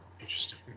Interesting